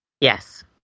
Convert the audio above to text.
Yes